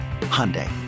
Hyundai